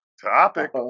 Topic